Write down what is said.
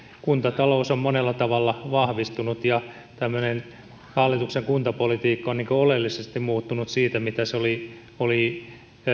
kuntatalous on monella tavalla vahvistunut ja tämmöinen hallituksen kuntapolitiikka on oleellisesti muuttunut siitä mitä se oli oli